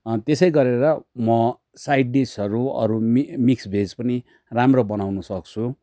त्यसै गरेर म साइड डिसहरू अरू मिक्स भेज पनि राम्रो बनाउनु सक्छु